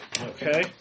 Okay